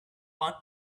one